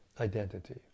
identity